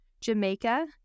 Jamaica